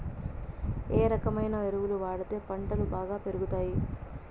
ఏ రకమైన ఎరువులు వాడితే పంటలు బాగా పెరుగుతాయి?